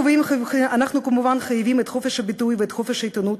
אנחנו כמובן חייבים את חופש הביטוי ואת חופש העיתונות,